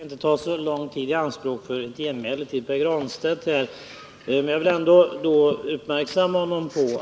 Herr talman! Jag skall inte ta så lång tid i anspråk för ett genmäle till Pär Granstedt.